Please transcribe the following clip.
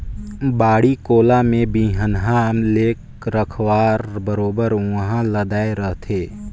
बाड़ी कोला में बिहन्हा ले रखवार बरोबर उहां लदाय रहथे